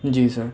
جی سر